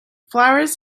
flowers